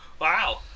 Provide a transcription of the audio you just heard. Wow